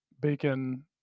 Bacon